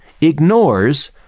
ignores